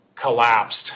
collapsed